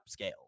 upscale